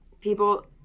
people